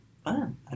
fun